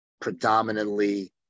predominantly